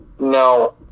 No